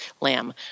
lamb